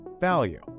value